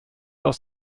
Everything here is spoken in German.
aus